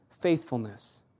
faithfulness